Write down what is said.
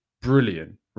brilliant